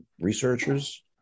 researchers